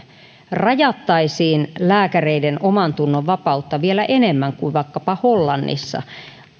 rajattaisiin lääkäreiden omantunnonvapautta vielä enemmän kuin vaikkapa hollannissa